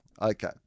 Okay